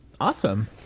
Awesome